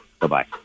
bye-bye